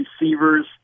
receivers